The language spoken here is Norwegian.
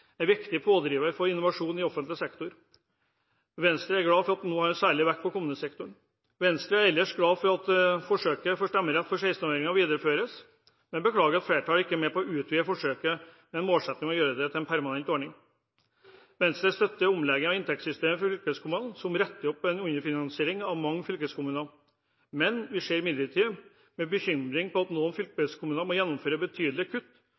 er en viktig pådriver for innovasjon i offentlig sektor. Venstre er glad for at en nå har særlig vekt på kommunesektoren. Venstre er ellers glad for at forsøket med stemmerett for 16-åringer videreføres, men beklager at flertallet ikke er med på å utvide forsøket med målsetting om å gjøre det til en permanent ordning. Venstre støtter omleggingen av inntektssystemet for fylkeskommunene, som retter opp en underfinansiering av mange fylkeskommuner. Vi ser imidlertid med bekymring på at noen fylkeskommuner må gjennomføre betydelige kutt